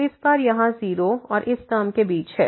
तो इस बार यहाँ 0 और इस टर्म के बीच है